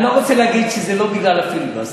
אני לא רוצה להגיד שזה לא בגלל הפיליבסטר,